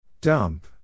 Dump